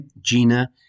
Gina